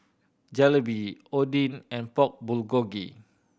Jalebi Oden and Pork Bulgogi